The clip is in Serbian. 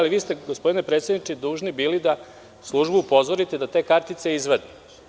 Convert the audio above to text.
Vi ste, gospodine predsedniče, bili dužni da službu upozorite da te kartice izvadi.